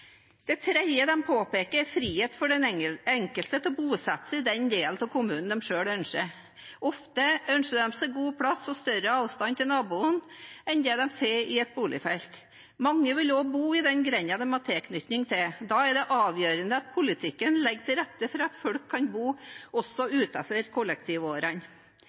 Det tredje de påpeker, er frihet for den enkelte til å bosette seg i den delen av kommunen de selv ønsker. Ofte ønsker de seg god plass og større avstand til naboen enn de får i et boligfelt. Mange vil også bo i den grenda de har tilknytning til. Da er det avgjørende at politikken legger til rette for at folk kan bo også utenfor kollektivårene.